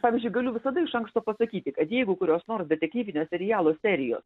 pavyzdžiui galiu visada iš anksto pasakyti kad jeigu kurios nors detektyvinio serialo serijos